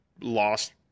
lost